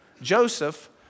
Joseph